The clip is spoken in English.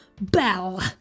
Bell